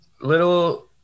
little